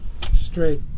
straight